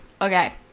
Okay